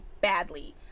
badly